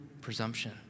presumption